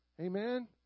Amen